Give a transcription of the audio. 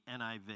NIV